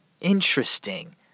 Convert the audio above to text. Interesting